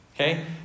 Okay